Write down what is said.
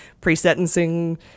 pre-sentencing